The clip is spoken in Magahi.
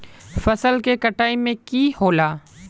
फसल के कटाई में की होला?